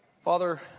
Father